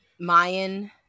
Mayan